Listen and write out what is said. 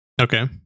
Okay